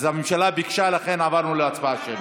הממשלה ביקשה ולכן עברנו להצבעה שמית.